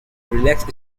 relaxed